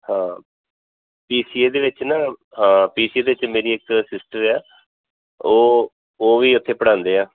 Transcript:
ਹਾਂ P C A ਦੇ ਵਿੱਚ ਨਾ ਹਾਂ ਪੀ ਸੀ ਏ ਦੇ ਵਿੱਚ ਮੇਰੀ ਇੱਕ ਸਿਸਟਰ ਆ ਉਹ ਉਹ ਵੀ ਉੱਥੇ ਪੜਾਉਂਦੇ ਆ